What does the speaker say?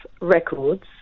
Records